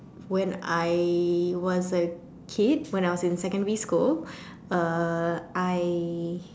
when I was a kid when I was in secondary school uh I